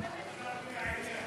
קצר ולעניין.